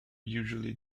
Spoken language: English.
usually